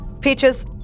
Peaches